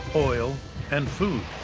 oil and food.